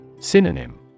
Synonym